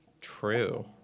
True